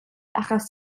achos